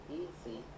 easy